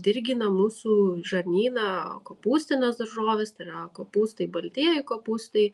dirgina mūsų žarnyną kopūstinės daržovės tai yra kopūstai baltieji kopūstai